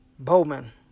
Bowman